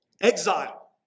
Exile